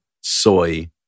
soy